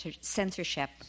censorship